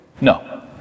No